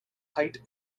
height